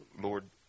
Lord